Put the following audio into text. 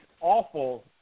awful